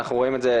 אנחנו רואים את זה,